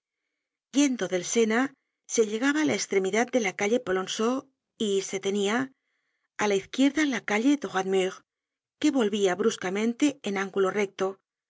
yendo del sena se llegaba á la estremidad de la calle polonceau y se tenia á la izquierda la calle droitmur que volvía bruscamente en ángulo recto